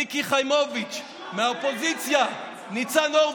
מיקי חיימוביץ'; מהאופוזיציה: ניצן הורוביץ,